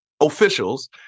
officials